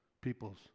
people's